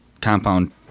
compound